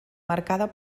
marcada